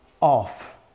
off